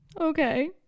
Okay